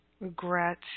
regret